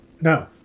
No